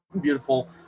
beautiful